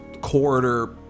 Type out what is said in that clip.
corridor